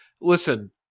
Listen